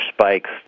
spikes